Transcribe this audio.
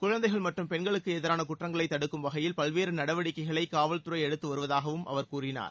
குழந்தைகள் மற்றும் பெண்களுக்கான எதிரரான குற்றங்களை தடுக்கும் வகையில் பல்வேறு நடவடிக்கைகளை காவல்துறை எடுத்து வருவதாகவும் அவர் கூறினார்